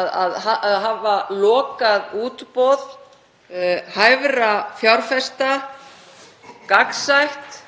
að hafa lokað útboð hæfra fjárfesta, gagnsætt